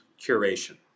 curation